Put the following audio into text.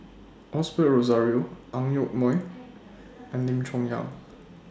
Osbert Rozario Ang Yoke Mooi and Lim Chong Yah